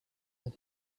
that